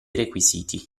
requisiti